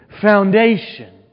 foundation